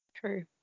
true